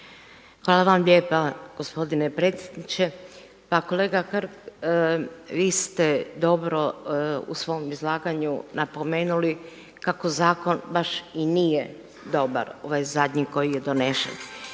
Hvala vam lijepa gospodine predsjedniče. Pa kolega Hrg vi ste dobro u svom izlaganju napomenuli kako zakon baš i nije dobar, ovaj zadnji koji je donesen.